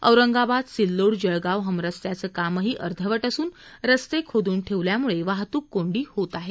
औरंगाबाद सिल्लोड जळगाव हमरस्त्यांचं कामही अर्धवट असून रस्ते खोदून ठेवल्यामुळे वाहतूक कोंडी होत आहे